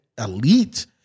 elite